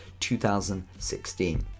2016